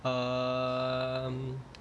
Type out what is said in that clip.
um